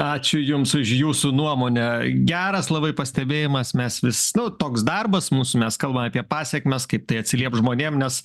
ačiū jums už jūsų nuomonę geras labai pastebėjimas mes vis nu toks darbas mūsų mes kalbam apie pasekmes kaip tai atsilieps žmonėm nes